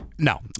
No